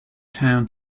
town